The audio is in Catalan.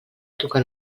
tocar